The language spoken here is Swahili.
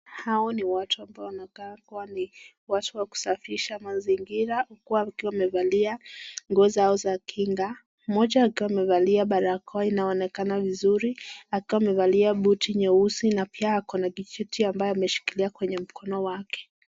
Hawa ni watu ambao wanakaa kuwa ni watu wa kusafisha mazingira huku wakiwa wamevalia nguo zao za kinga. Mmoja akiwa amevalia barakoa inaonekana vizuri akiwa amevalia boot nyeusi na pia ako na kijiti ambayo ameshikilia kwenye mkono wake.